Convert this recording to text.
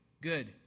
Good